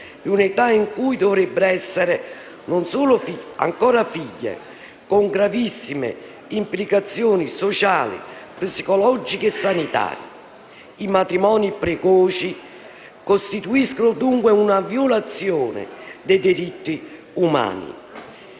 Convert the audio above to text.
un'età in cui dovrebbero essere ancora figlie, con gravissime implicazioni sociali, psicologiche e sanitarie. I matrimoni precoci costituiscono, dunque, una violazione dei diritti umani.